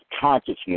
consciousness